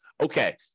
okay